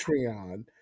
Patreon